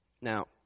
Now